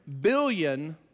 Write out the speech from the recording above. billion